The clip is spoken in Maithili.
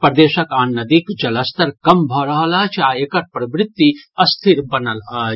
प्रदेशक आन नदीक जलस्तर कम भऽ रहल अछि आ एकर प्रवृति स्थिर बनल अछि